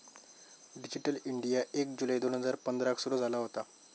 digital India एक जुलै दोन हजार पंधराक सुरू झाला होता